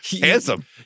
Handsome